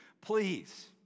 please